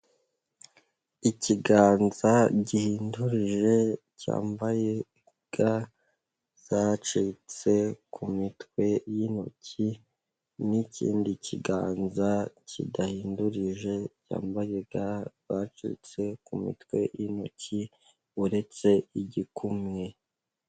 Ikiganza gihindurije cyambaye ga zacitse ku mitwe y'intoki n'ikindi kiganza kidahindurije cyambaye ga zacitse ku mitwe y' intoki, uretse igikumwe.